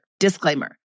Disclaimer